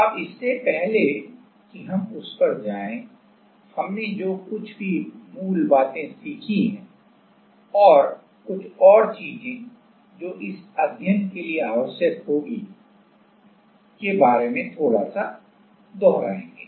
अब इससे पहले कि हम उस पर जाएं हमने जो कुछ भी मूल बातें सीखी हैं और कुछ और चीजें जो इस अध्ययन के लिए आवश्यक होंगी के बारे में थोड़ा सा दोहराएंगे